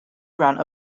ran